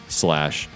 slash